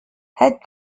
head